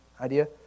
idea